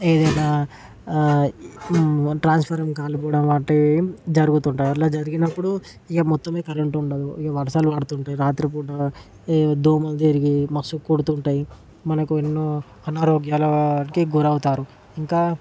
ఏదన్నా ట్రాన్స్ఫారం కాలిపోవడం అట్టా జరుగుతుంటాయి అట్లా జరిగినప్పుడు ఇక మొత్తమే కరెంట్ ఉండదు ఇక వర్షాలు పడుతుంటాయి రాత్రిపూట ఈ దోమలు తిరిగి మస్త్ కుడుతుంటాయి మనకు ఎన్నో అనారోగ్యలకి గురవుతారు ఇంకా